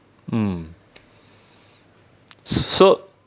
mm s~ so